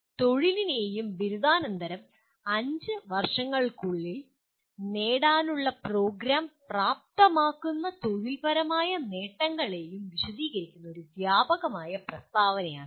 തൊഴിലിനേയും ബിരുദാന്തരം അഞ്ച് വർഷങ്ങൾക്കുള്ളിൽ നേടാനുള്ള പ്രോഗ്രാം പ്രാപ്തമാക്കുന്ന തൊഴിൽപരമായ നേട്ടങ്ങളേയും വിശദീകരിക്കുന്ന വ്യാപകമായ പ്രസ്താവനയാണ് ഇത്